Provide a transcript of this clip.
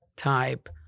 type